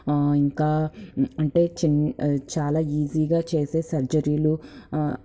ఇంకా అంటే చిన్ చాలా ఈజీగా చేసే సర్జరీలు